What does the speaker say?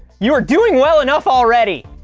you're doing well enough already.